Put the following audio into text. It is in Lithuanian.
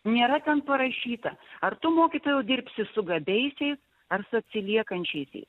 nėra ten parašyta ar tu mokytojau dirbsi su gabiaisiais ar su atsiliekančiaisiais